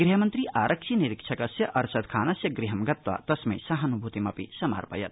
गृहमन्त्री आरक्षि निरीक्षकस्य अरसदखानस्य गृहं गत्वा तस्मै सहान्भूतिमपि समार्पयत्